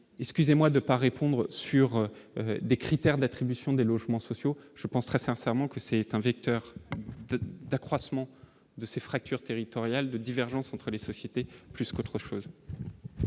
excusez-moi de pas répondre sur des critères d'attribution des logements sociaux, je pense très sincèrement que c'est un vecteur d'accroissement de ces fractures territoriales de divergences entre les sociétés plus qu'autre chose.